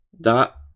dot